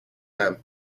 arm